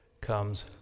comes